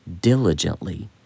diligently